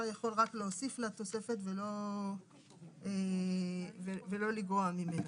יכול רק להוסיף לתוספת ולא לגרוע ממנה.